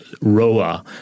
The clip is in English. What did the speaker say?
Roa